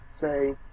say